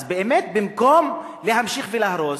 אז באמת, במקום להמשיך ולהרוס,